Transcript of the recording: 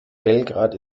belgrad